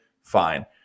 Fine